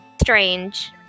strange